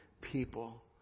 people